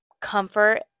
comfort